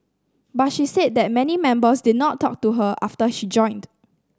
but she said that many members did not talk to her after she joined